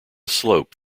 slope